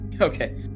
Okay